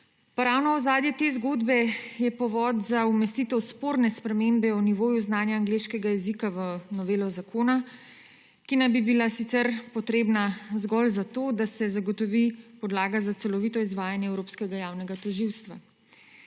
ravno ozadje te zgodbe je povod za umestitev sporne spremembe o nivoju znanja angleškega jezika v novelo zakona, ki naj bi bila sicer potrebna zgolj zato, da se zagotovi podlaga za celovito izvajanje Evropskega javnega tožilstva.